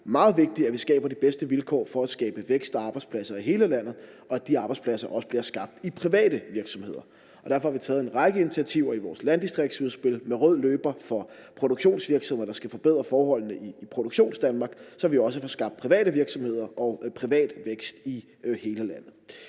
meget vigtigt, at vi skaber de bedste vilkår for at skabe vækst og arbejdspladser i hele landet, og at de arbejdspladser også bliver skabt i private virksomheder. Derfor har vi taget en række initiativer i vores landdistriktsudspil og ruller en rød løber ud for produktionsvirksomheder, der skal forbedre forholdene i Produktionsdanmark, så vi også får skabt private virksomheder og privat vækst i hele landet.